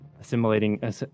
assimilating